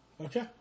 Okay